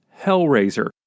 hellraiser